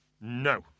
No